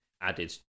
added